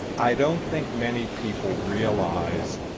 i don't think many people realize